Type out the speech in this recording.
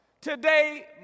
Today